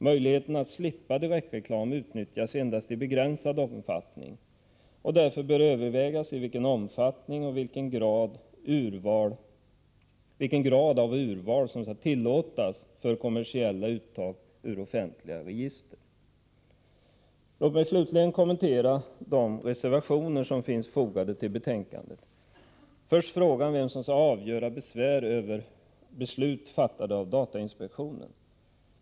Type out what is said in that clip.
Möjligheten att slippa direktreklam utnyttjas endast i begränsad omfattning. När det gäller urvalet bör man därför överväga vilken omfattning som skall tillåtas för kommersiella uttag ur offentliga register. Låt mig slutligen kommentera de reservationer som finns fogade till betänkandet. För det första gäller det frågan om vem som skall avgöra besvär över beslut fattade av datainspektionen.